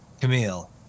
Camille